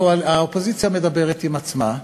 האופוזיציה מדברת עם עצמה,